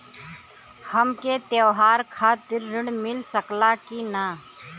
हमके त्योहार खातिर त्रण मिल सकला कि ना?